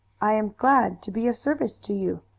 i am glad to be of service to you.